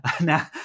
Now